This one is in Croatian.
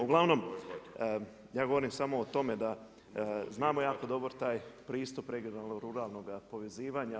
Uglavnom ja govorim samo o tome da znamo jako dobro taj pristup regionalnog ruralnoga povezivanja.